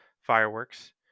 fireworks